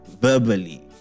verbally